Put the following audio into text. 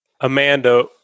Amanda